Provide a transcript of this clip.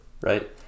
right